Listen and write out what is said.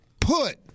Put